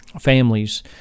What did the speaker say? families